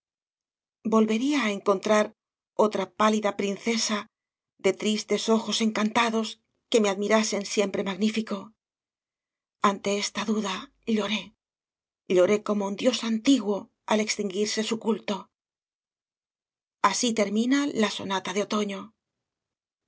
volvería á encontrar otra pálida princesa r de tristes ojos encantados que me admirasen siempre magnífico ante esta duda lloré lloré como un dios antiguo al extinguirse su culto así termina la sonata de otoño